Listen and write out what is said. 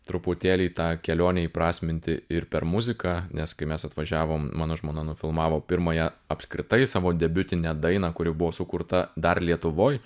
truputėlį tą kelionę įprasminti ir per muziką nes kai mes atvažiavom mano žmona nufilmavo pirmąją apskritai savo debiutinę dainą kuri buvo sukurta dar lietuvoj